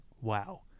Wow